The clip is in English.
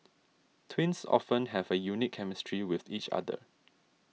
twins often have a unique chemistry with each other